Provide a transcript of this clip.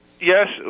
Yes